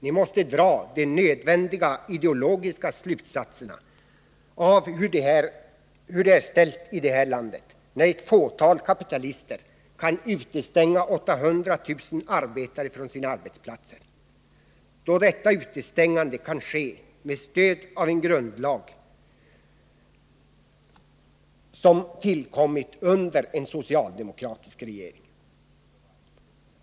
Ni måste dra de nödvändiga ideologiska lärdomarna av hur det är ställt i det här landet, när ett fåtal kapitalister kan utestänga 800 000 arbetare från sina arbetsplatser, och när detta utestängande kan ske med stöd av en grundlag som tillkommit under en socialdemokratisk regering.